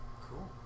Cool